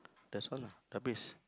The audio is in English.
that's all lah habis